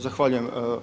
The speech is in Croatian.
Zahvaljujem.